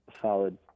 solid